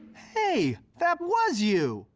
hey, that was you!